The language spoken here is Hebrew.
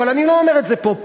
אבל אני לא אומר את זה פה.